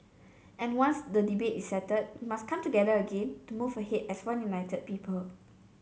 and once the debate is settled we must come together again to move ahead as one united people